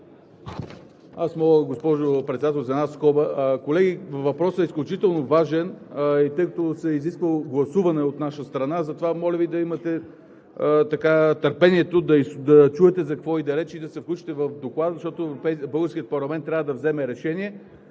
Аз моля, госпожо Председател, за една скоба. Колеги, въпросът е изключително важен и тъй като се изисква гласуване от наша страна, затова, моля Ви да имате търпението да чуете за какво иде реч и да се включите в Доклада, защото българският парламент трябва да вземе решение,